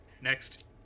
next